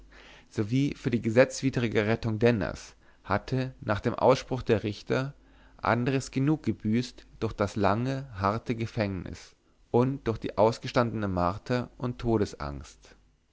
sowie für die gesetzwidrige rettung denners hatte nach dem ausspruch der richter andres genug gebüßt durch das lange harte gefängnis und durch die ausgestandene marter und todesangst